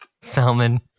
salmon